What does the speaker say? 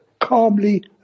calmly